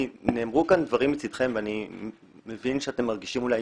כי נאמרו כאן דברים מצידכם ואני מבין שאתם מרגישים אולי